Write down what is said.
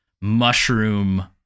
mushroom